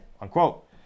Unquote